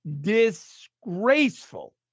disgraceful